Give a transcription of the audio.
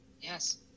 Yes